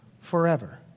forever